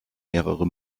mehrere